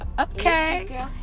Okay